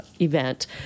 event